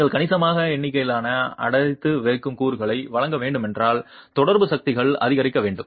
நீங்கள் கணிசமான எண்ணிக்கையிலான அடைத்து வைக்கும் கூறுகளை வழங்க வேண்டுமென்றால் தொடர்பு சக்திகள் அதிகரிக்க வேண்டும்